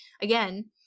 again